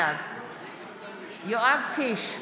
בעד יואב קיש,